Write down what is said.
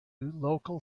local